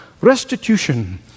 restitution